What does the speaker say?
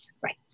right